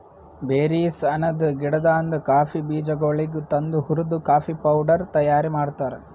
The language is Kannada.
ಬೇರೀಸ್ ಅನದ್ ಗಿಡದಾಂದ್ ಕಾಫಿ ಬೀಜಗೊಳಿಗ್ ತಂದು ಹುರ್ದು ಕಾಫಿ ಪೌಡರ್ ತೈಯಾರ್ ಮಾಡ್ತಾರ್